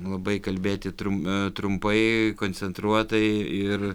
labai kalbėti trum ee trumpai koncentruotai ir